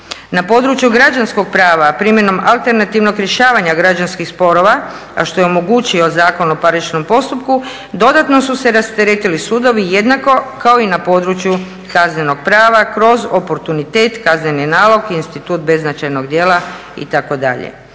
Na području građanskog prava primjenom alternativnog rješavanja građanskih sporova, a što je omogućio Zakon o parničnom postupku, dodatno su se rasteretili sudovi jednako kao i na području kaznenog prava kroz oportunitet, kazneni nalog, institut beznačajnog djela itd.